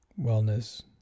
wellness